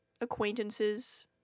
acquaintances